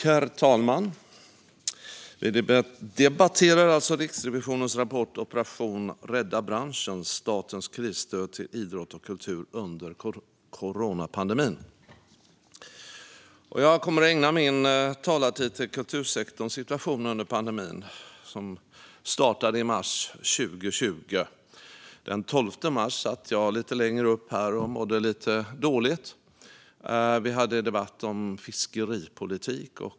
Herr talman! Vi debatterar alltså Riksrevisionens rapport Operation Rädda branschen - statens krisstöd till idrott och kultur under coronapan demin . Jag kommer att ägna min talartid åt kultursektorns situation under pandemin, som startade i mars 2020. Den 12 mars satt jag här i kammaren och mådde lite dåligt. Vi hade en debatt om fiskeripolitik.